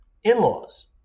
in-laws